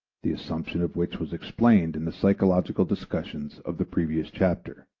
the assumption of which was explained in the psychological discussions of the previous chapter.